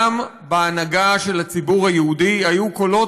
גם בהנהגה של הציבור היהודי היו קולות